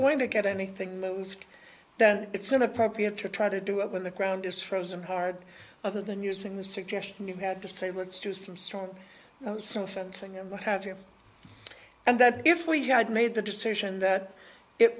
going to get anything moved then it's inappropriate to try to do it when the ground is frozen hard other than using the suggestion you had to say let's do some strong some fencing and what have you and that if we had made the decision that it